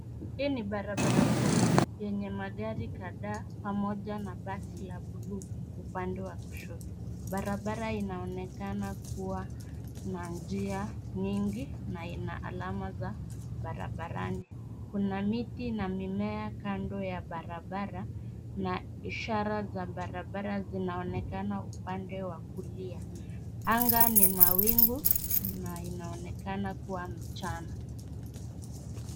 Hii ni barabara kuu, yenye magari kadhaa pamoja na basi la buluu upande wa kushoto. Barabara inaonekana kuwa na njia nyingi na ina alama za barabarani. Kuna miti na mimea kando ya barabara na ishara za barabara zinaonekana upande wa kulia. Anga ni mawingu na inaonekana kuwa mchana.